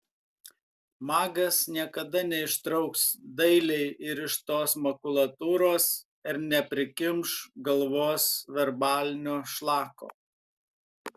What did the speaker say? magas niekada neištrauks dailiai įrištos makulatūros ir neprikimš galvos verbalinio šlako